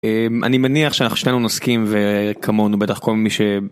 אני מניח שאנחנו שנינו נסכים וכמונו בטח כל מי ש.